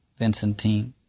Vincentine